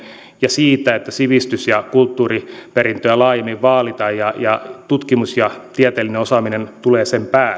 ja siitä että sivistys ja kulttuuriperintöä laajemmin vaalitaan ja ja tutkimus ja tieteellinen osaaminen tulevat sen